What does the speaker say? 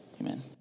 Amen